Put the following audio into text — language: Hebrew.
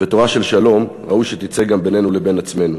ותורה של שלום ראוי שתצא גם בינינו לבין עצמנו.